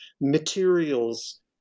materials